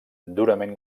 durament